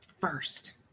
First